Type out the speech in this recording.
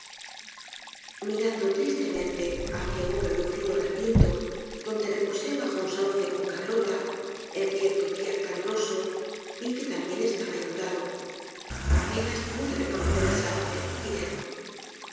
mirando tristemente hacia un reducido recinto donde reposé bajo un sauce con carlota en cierto dia caluroso vi que también estaba inundado apenas pude reconocer el sauce guillermo